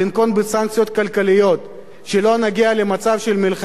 סנקציות כלכליות כדי שלא נגיע למצב של מלחמה,